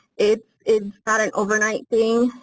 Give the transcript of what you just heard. it's it's not an overnight thing.